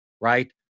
right